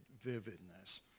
vividness